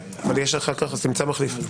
אז תמצא מחליף.